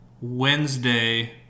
Wednesday